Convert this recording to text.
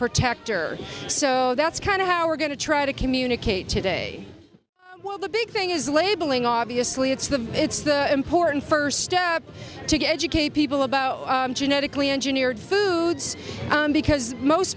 protector so that's kind of how we're going to try to communicate today well the big thing is labeling obviously it's the it's the important first step to get educate people about genetically engineered foods because most